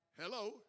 Hello